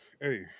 Hey